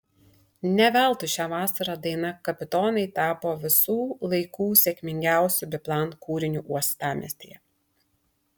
ne veltui šią vasarą daina kapitonai tapo visų laikų sėkmingiausiu biplan kūriniu uostamiestyje